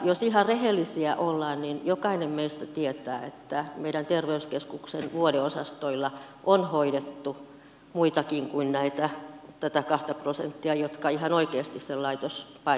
jos ihan rehellisiä ollaan niin jokainen meistä tietää että meidän terveyskeskuksen vuodeosastoilla on hoidettu muitakin kuin tätä kahta prosenttia joka ihan oikeasti sen laitospaikan tarvitsee